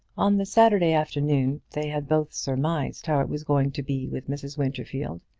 on the saturday afternoon they had both surmised how it was going to be with mrs. winterfield,